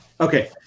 Okay